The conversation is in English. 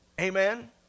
Amen